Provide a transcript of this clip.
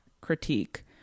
critique